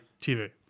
TV